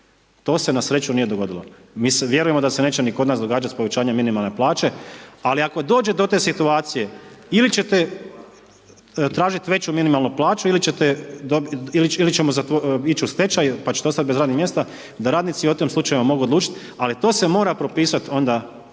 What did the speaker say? to se na sreći nije dogodilo. Vjerujemo da se neće ni kod nas događati s povećanjem minimalne plaće, ako dođe do te situacije, ili ćete tražiti veću minimalnu plaću ili ćemo ići u stečaj pa ćete ostati bez radnih mjesta, da radnici o tim slučajevima mogu odlučiti, ali to se mora propisati onda zakonskim